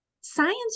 science